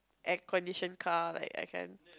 air condition car like I can